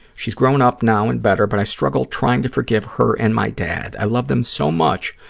she's grown up now and better, but i struggle trying to forgive her and my dad. i love them so much,